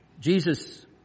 Jesus